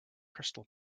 crystal